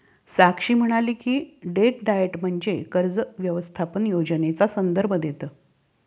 साक्षी म्हणाली की, debt diet म्हणजे कर्ज व्यवस्थापन योजनेचा संदर्भ देतं